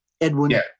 Edwin